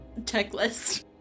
checklist